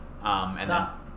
Top